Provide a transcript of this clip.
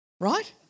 Right